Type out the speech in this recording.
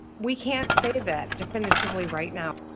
we can't say that definitively right now.